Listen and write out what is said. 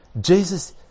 Jesus